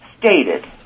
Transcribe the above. stated